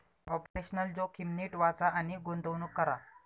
operational जोखीम नीट वाचा आणि गुंतवणूक करा